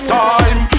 time